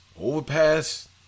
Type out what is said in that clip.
overpass